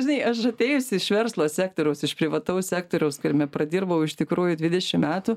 žinai aš atėjusi iš verslo sektoriaus iš privataus sektoriaus kuriame pradirbau iš tikrųjų dvidešimt metų